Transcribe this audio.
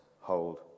hold